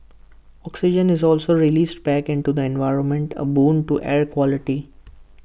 oxygen is also released back into the environment A boon to air quality